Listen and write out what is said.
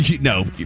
No